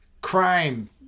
crime